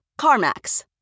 CarMax